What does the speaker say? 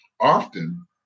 often